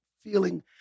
feeling